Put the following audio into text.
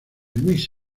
luis